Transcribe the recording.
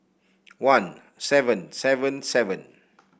one seven seven seven